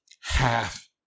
Half